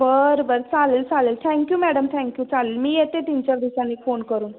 बरं बरं चालेल चालेल थँक्यू मॅडम थँक्यू चालेल मी येते तीन चार दिवसांनी फोन करून